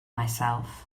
myself